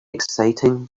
exciting